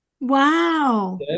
Wow